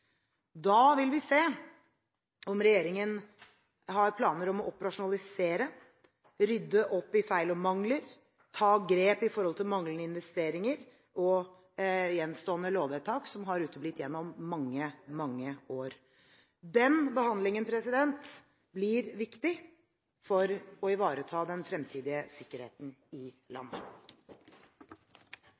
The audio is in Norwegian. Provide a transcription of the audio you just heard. Da vil vi se om regjeringen har planer om å operasjonalisere, rydde opp i feil og mangler, ta grep når det gjelder manglende investeringer og gjenstående lovvedtak som har uteblitt gjennom mange, mange år. Den behandlingen blir viktig for å ivareta den fremtidige sikkerheten i landet.